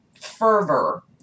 fervor